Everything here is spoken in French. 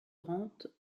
rente